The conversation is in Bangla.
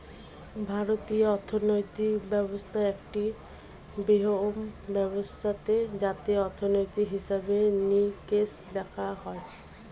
ভারতীয় অর্থনৈতিক ব্যবস্থা একটি বৃহত্তম ব্যবস্থা যাতে অর্থনীতির হিসেবে নিকেশ দেখা হয়